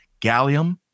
gallium